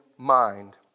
Mind